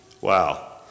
wow